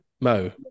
Mo